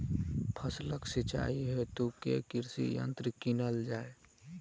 फसलक सिंचाई हेतु केँ कृषि यंत्र कीनल जाए?